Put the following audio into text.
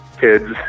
kids